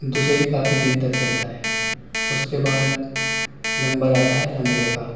دسہری کافی دن تک چلتا ہے اس کے بعد نمبر آتا ہے لنگڑے کا